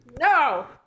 no